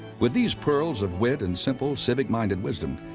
with these pearls of wit and simple, civic-minded wisdom,